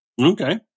Okay